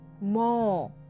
more